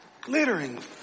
Glittering